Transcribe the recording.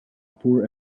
poor